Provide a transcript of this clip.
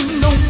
no